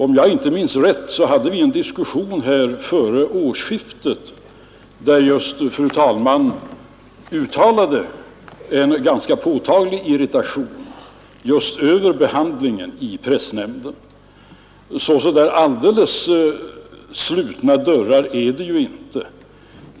Om jag minns rätt, hade vi en diskussion före årsskiftet, där just fru talmannen uttalade en ganska påtaglig irritation just över behandlingen i pressnämnden. Så där alldeles slutna dörrar är det alltså inte.